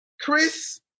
Chris